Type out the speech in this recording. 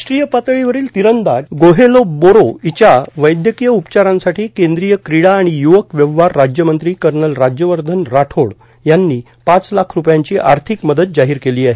राष्ट्रीय पातळीवरील तिरंदाज गोहेला बोरो हिच्या वैद्यकीच उपचारांसाठी केंद्रीय क्रीडा आणि युवक व्यवहार राज्यमंत्री कर्नल राज्यवर्धन राठोड यांनी पाच लाख रूपयांची आर्थिक मदत जाहीर केली आहे